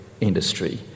industry